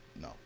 no